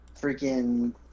freaking